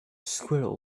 squirrel